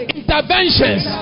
interventions